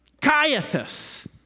Caiaphas